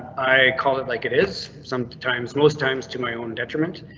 i call it like it is. sometimes most times to my own detriment.